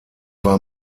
war